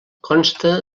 consta